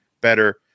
better